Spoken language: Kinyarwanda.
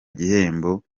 gihembo